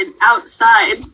outside